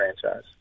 franchise